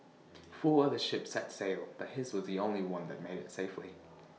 four other ships set sail but his was the only one that made IT safely